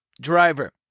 Driver